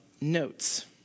notes